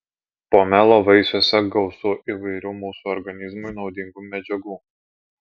pomelo vaisiuose gausu įvairių mūsų organizmui naudingų medžiagų